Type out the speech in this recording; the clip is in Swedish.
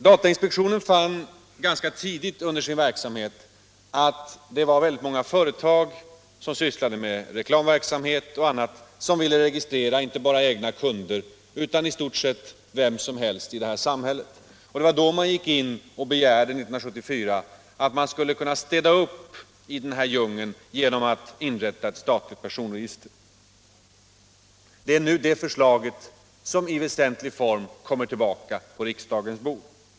Datainspektionen fann ganska tidigt under sin verksamhet att det var många företag som sysslade med reklamverksamhet och annat som ville registrera inte bara sina egna kunder utan i stort sett vem som helst i det här samhället. Det var då datainspektionen 1974 begärde att det skulle städas upp i den här djungeln genom inrättandet av ett statligt personregister. Det är nu detta förslag som i väsentlig form kommit på riksdagens bord.